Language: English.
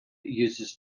uses